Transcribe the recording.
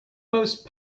most